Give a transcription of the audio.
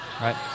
right